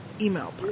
email